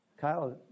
Kyle